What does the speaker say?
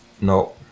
No